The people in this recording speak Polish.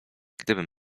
gdybym